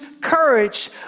courage